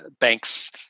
banks